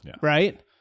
right